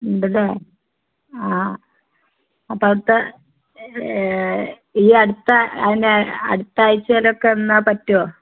ഉണ്ടല്ലേ ആ അപ്പം അവിടത്തെ ഈയട്ത്ത അതിൻ്റെ അടുത്താഴ്ച്ചേലൊക്കെന്നാ പറ്റുമോ